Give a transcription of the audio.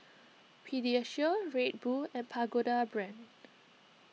Pediasure Red Bull and Pagoda Brand